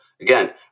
again